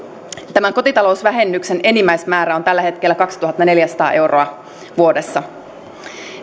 tämän kotitalousvähennyksen enimmäismäärä on tällä hetkellä kaksituhattaneljäsataa euroa vuodessa